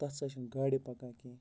تَتھ سا چھِنہٕ گاڑِ پَکان کینٛہہ